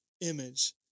image